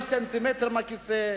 סנטימטר מהכיסא,